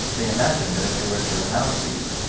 they imagine that if they were to renounce these,